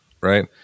right